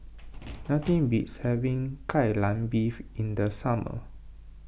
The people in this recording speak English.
nothing beats having Kai Lan Beef in the summer